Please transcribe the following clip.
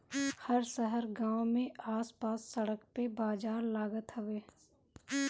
हर शहर गांव में आस पास सड़क पे बाजार लागत हवे